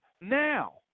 now